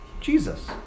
Jesus